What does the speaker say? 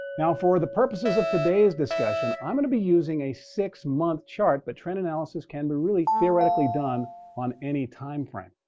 now, for the purposes of today's discussion, i'm going to be using a six-month chart, but trend analysis can be really theoretically done on any time frame.